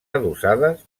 adossades